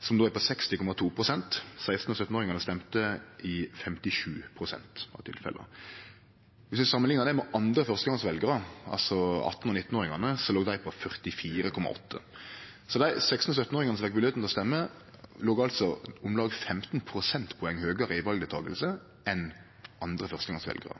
som då er på 60,2 pst. 16- og 17-åringane stemte i 57 pst. av tilfella. Dersom vi samanliknar det med andre førstegongsveljarar, altså 18- og 19-åringane, låg dei på 44,8 pst. Så dei 16- og 17-åringane som fekk moglegheit til å stemme, låg altså om lag 15 prosentpoeng høgare i valdeltaking enn